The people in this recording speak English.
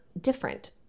different